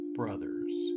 brothers